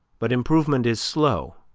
but improvement is slow,